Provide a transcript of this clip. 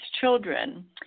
children